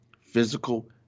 physical